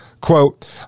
quote